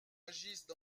agissent